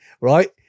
Right